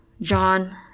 John